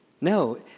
no